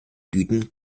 blüten